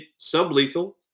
sublethal